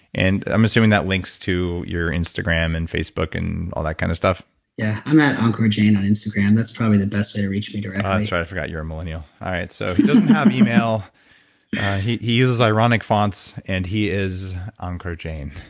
and i'm assuming that links to your instagram and facebook, and all that kind of stuff yeah, i'm at ankurjain on instagram. that's probably the best way to reach me directly oh, that's right. i forgot you're a millennial. all right, so he doesn't have email he he uses ironic fonts and he is ankur jain